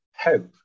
hope